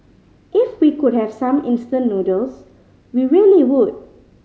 if we could have some instant noodles we really would